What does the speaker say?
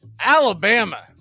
Alabama